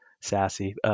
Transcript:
Sassy